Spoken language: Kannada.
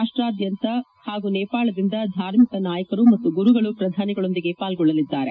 ರಾಷ್ಟಾದ್ಯಂತ ಹಾಗೂ ನೇಪಾಳದಿಂದ ಧಾರ್ಮಿಕ ನಾಯಕರು ಮತ್ತು ಗುರುಗಳು ಪ್ರಧಾನಿಗಳೊಂದಿಗೆ ಪಾಲ್ಗೊಳ್ಳಲಿದ್ದಾರೆ